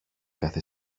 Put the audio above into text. κάθε